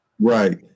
right